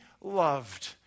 loved